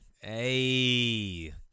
Hey